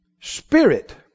spirit